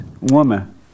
woman